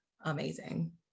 Amazing